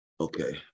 Okay